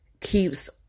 keeps